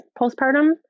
postpartum